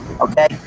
okay